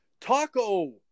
Taco